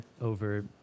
over